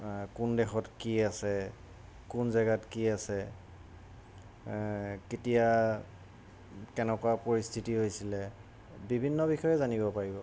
কোন দেশত কি আছে কোন জেগাত কি আছে কেতিয়া কেনেকুৱা পৰিস্থিতি হৈছিলে বিভিন্ন বিষয়ে জানিব পাৰিব